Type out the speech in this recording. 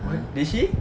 what did she